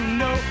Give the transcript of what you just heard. no